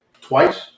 twice